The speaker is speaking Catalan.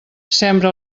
sembra